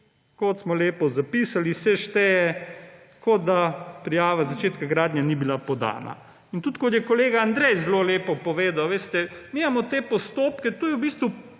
kot smo lepo zapisali, se šteje, kot da prijava začetka gradnje ni bila podana. In tudi kot je kolega Andrej zelo lepo povedal, mi imamo te postopke, to je v bistvu